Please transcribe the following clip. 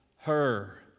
her